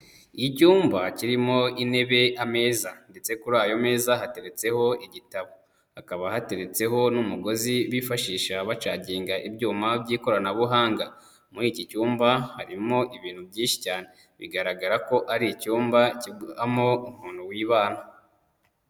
Icyumba kirimo intebe, ameza ndetse kuri ayo meza hateretseho igitabo, hakaba hateretseho n'umugozi bifashisha bacaginga ibyuma by'ikoranabuhanga, muri iki cyumba harimo ibintu byinshi cyane bigaragara ko ari icyumba kibamo umuntu wibana.